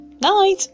Night